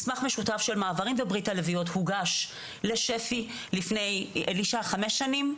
מסמך משותף של מעברים ו- ברית הלביאות הוגש לשפ"י לפני חמש שנים,